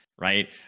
right